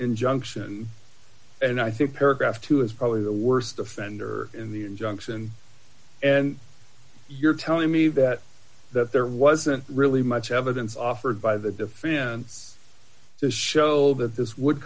injunction and i think paragraph two is probably the worst offender in the injunction and you're telling me that that there wasn't really much evidence offered by the defense to show that this would